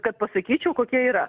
kad pasakyčiau kokie yra